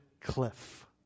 cliff